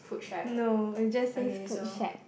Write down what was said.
no it just said food shack